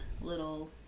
Little